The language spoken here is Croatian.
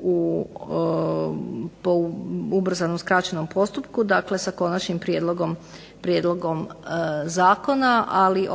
u ubrzanom skraćenom postupku. Dakle, sa konačnim prijedlogom zakona. Ali